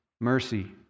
mercy